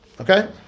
Okay